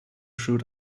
shoot